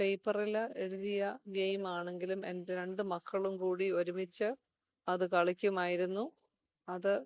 പേപ്പറില് എഴുതിയ ഗെയ്മാണെങ്കിലും എൻ്റെ രണ്ട് മക്കളും കൂടി ഒരുമിച്ച് അത് കളിക്കുമായിരുന്നു അത്